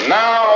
now